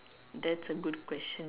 that's a good question